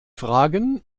fragen